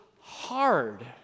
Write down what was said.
hard